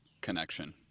connection